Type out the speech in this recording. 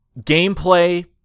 gameplay